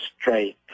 straight